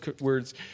words